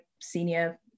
senior